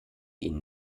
ihn